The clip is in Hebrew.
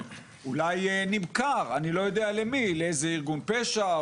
אולי נמכר, אני לא יודע למי, לאיזה ארגון פשע?